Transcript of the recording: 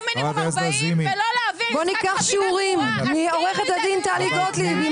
בואו ניקח שיעורים מעו"ד טלי גוטליב עם